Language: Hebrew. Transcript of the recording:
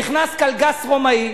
נכנס קלגס רומאי